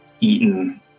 eaten